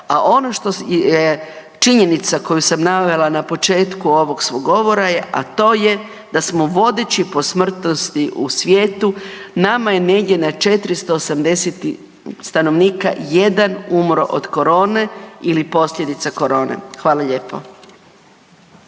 A ono što je činjenica koju sam navela na početku ovog svog govora a to je da smo vodeći po smrtnosti u svijetu, nama je negdje na 480 stanovnika, jedan umro od korone ili posljedica korone. Hvala lijepo.